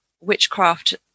Witchcraft